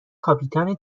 کاپیتان